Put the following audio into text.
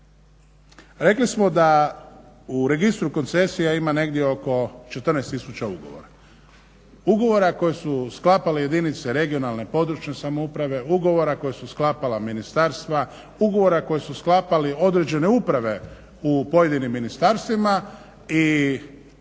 Rekli smo da u Registru koncesija ima negdje ok 14000 ugovora, ugovora koje su sklapale jedinice regionalne, područne samouprave, ugovora koja su sklapala ministarstva, ugovora koje su sklapale određene uprave u pojedinim ministarstvima i